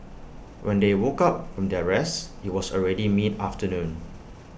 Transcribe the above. when they woke up from their rest IT was already mid afternoon